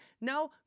No